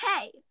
hey